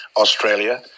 Australia